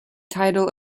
title